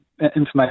information